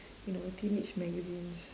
you know teenage magazines